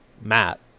Matt